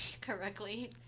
correctly